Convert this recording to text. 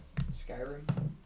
Skyrim